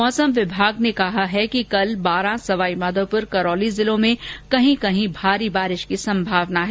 मौसम विभाग ने कहा है कि कल बारा सवाईमाधोपुर करौली जिलों में कहीं कहीं भारी वर्षा की संभावना है